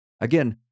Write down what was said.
Again